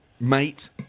Mate